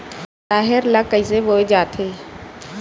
राहेर ल कइसे बोय जाथे?